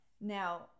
Now